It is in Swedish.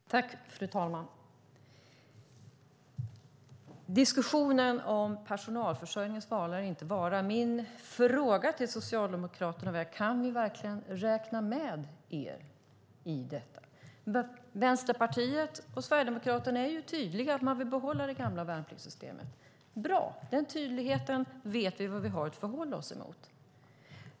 Fru talman! Beträffande diskussionen om personalförsörjningens vara eller inte vara är min fråga till Socialdemokraterna: Kan vi verkligen räkna med er i detta avseende? Vänsterpartiet och Sverigedemokraterna är tydliga. De vill behålla det gamla värnpliktssystemet. Bra, med den tydligheten vet vi vad vi har att förhålla oss till.